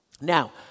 Now